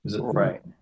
Right